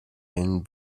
been